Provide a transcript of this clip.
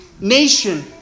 nation